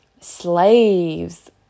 slaves